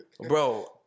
Bro